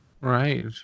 Right